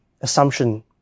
assumption